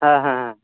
ᱦᱟ ᱦᱟᱸ ᱦᱟᱸ